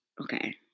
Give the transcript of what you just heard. Okay